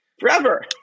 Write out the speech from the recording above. forever